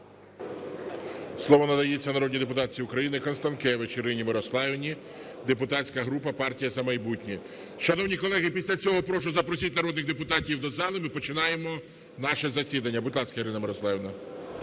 Слово надається народній депутатці України Констанкевич Ірині Мирославівні, депутатська група "Партія "За майбутнє". Шановні колеги, після цього прошу запросіть народних депутатів до зали, ми починаємо наше засідання. Будь ласка, Ірина Мирославівна.